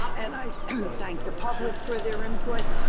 and i thank the public for their input